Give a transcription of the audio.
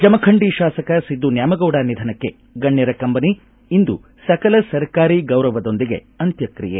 ಜಮಖಂಡಿ ಶಾಸಕ ಸಿದ್ದು ನ್ಯಾಮಗೌಡ ನಿಧನಕ್ಕೆ ಗಣ್ಯರ ಕಂಬನಿ ಇಂದು ಸಕಲ ಸರ್ಕಾರಿ ಗೌರವದೊಂದಿಗೆ ಅಂತ್ಕಕ್ರಿಯೆ